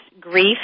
grief